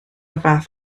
fath